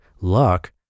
luck